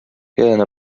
jeden